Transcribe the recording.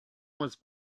was